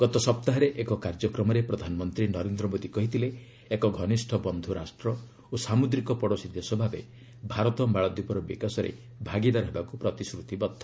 ଗତ ସପ୍ତାହରେ ଏକ କାର୍ଯ୍ୟକ୍ରମରେ ପ୍ରଧାନମନ୍ତ୍ରୀ ନରେନ୍ଦ୍ର ମୋଦୀ କହିଥିଲେ ଏକ ଘନିଷ୍ଠ ବନ୍ଧୁ ରାଷ୍ଟ୍ର ଓ ସାମୁଦ୍ରିକ ପଡ଼ୋଶୀ ଦେଶ ଭାବେ ଭାରତ ମାଳଦୀପର ବିକାଶରେ ଭାଗିଦାର ହେବାକୁ ପ୍ରତିଶ୍ରତିବଦ୍ଧ